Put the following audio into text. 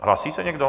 Hlásí se někdo?